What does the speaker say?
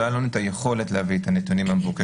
לא הייתה לנו את היכולת להביא את הנתונים המבוקשים.